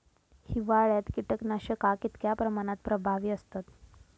हिवाळ्यात कीटकनाशका कीतक्या प्रमाणात प्रभावी असतत?